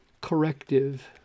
corrective